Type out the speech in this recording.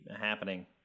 happening